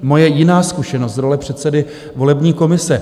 Moje jiná zkušenost z role předsedy volební komise.